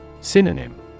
Synonym